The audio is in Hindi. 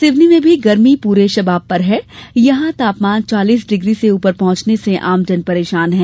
सिवनी में भी गर्मी पूरे शबाब पर है यहां तापमान चालीस डिग्री से ऊपर पहुंचने से आम जन परेशान हैं